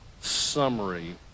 summary